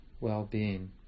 well-being